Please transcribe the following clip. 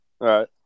right